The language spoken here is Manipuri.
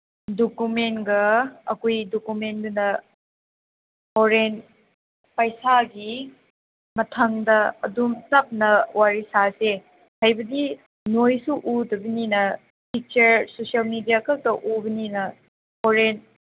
ꯗꯣꯀꯨꯃꯦꯟꯒ ꯑꯩꯈꯣꯏ ꯗꯣꯀꯨꯃꯦꯟꯒꯅ ꯍꯣꯔꯦꯟ ꯄꯩꯁꯥꯒꯤ ꯃꯊꯪꯗ ꯑꯗꯨꯝ ꯇꯞꯅ ꯋꯥꯔꯤ ꯁꯥꯁꯦ ꯍꯥꯏꯕꯗꯤ ꯅꯣꯏꯁꯨ ꯎꯗꯕꯅꯤꯅ ꯄꯤꯛꯆꯔ ꯁꯣꯁꯦꯜ ꯃꯦꯗꯤꯌꯥ ꯈꯛꯇ ꯎꯕꯅꯤꯅ ꯍꯣꯔꯦꯟ